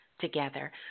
together